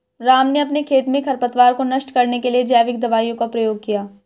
राम ने अपने खेत में खरपतवार को नष्ट करने के लिए जैविक दवाइयों का प्रयोग किया